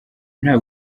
nta